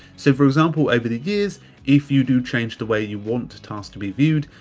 so for example, over the years if you do change the way you want the task to be viewed,